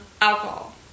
alcohol